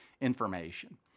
information